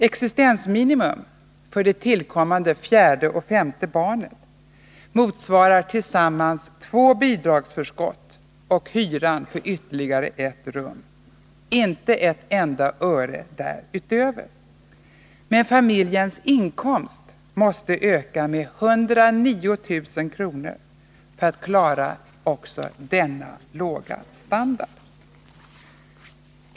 Existensminimum för det tillkommande fjärde och femte barnet motsvarar tillsammans två bidragsförskott och hyran för ytterligare ett rum — inte ett enda öre därutöver. Men familjens inkomst måste öka med 109 000 kr. för att man skall klara ens denna låga standard!